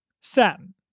satin